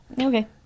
okay